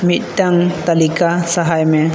ᱢᱤᱫᱴᱟᱝ ᱛᱟᱹᱞᱤᱠᱟ ᱥᱟᱦᱟᱭ ᱢᱮ